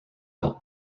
out